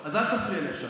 אז אל תפריע לי עכשיו.